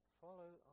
follow